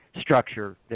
structure